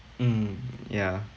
mm yeah